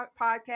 Podcast